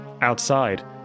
Outside